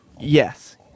Yes